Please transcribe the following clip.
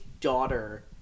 daughter